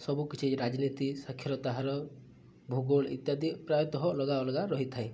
ସବୁକିଛି ରାଜନୀତି ସାକ୍ଷରତା ହାର ଭୂଗୋଳ ଇତ୍ୟାଦି ପ୍ରାୟତଃ ଅଲଗା ଅଲଗା ରହିଥାଏ